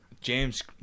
James